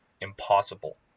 impossible